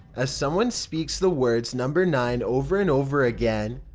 as someone speaks the words number nine over and over again,